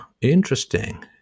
interesting